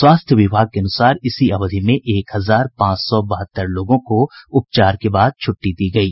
स्वास्थ्य विभाग के अनुसार इसी अवधि में एक हजार पांच सौ बहत्तर लोगों को उपचार के बाद छुट्टी दी गयी